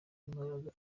imibonano